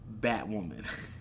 Batwoman